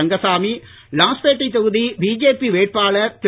ரங்கசாமி லாஸ்பேட்டை தொகுதி பிஜேபி வேட்பாளர் திரு